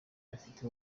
bafite